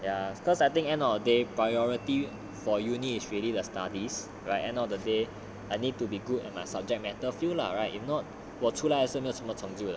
ya because I think end of the day priority for uni is really the studies right end of the day I need to be good and my subject matter field lah right if not 我出来的也是没有什么成就的 mah